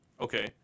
Okay